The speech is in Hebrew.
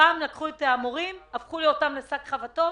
הפעם לקחו את המורים והפכו אותם לשק חבטות